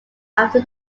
after